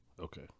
okay